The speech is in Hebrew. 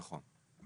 נכון.